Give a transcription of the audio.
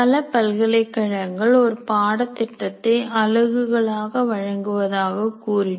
பல பல்கலைக்கழகங்கள் ஒரு பாடத்திட்டத்தை அலகுகளாக வழங்குவதாக கூறினோம்